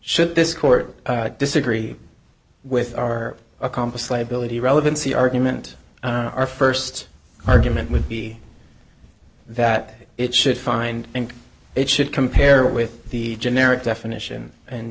should this court disagree with our accomplice liability relevancy argument our st argument would be that it should find and it should compare with the generic definition and